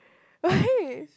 why